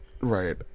right